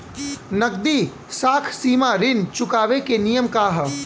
नगदी साख सीमा ऋण चुकावे के नियम का ह?